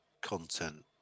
content